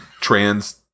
trans